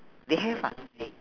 they have ah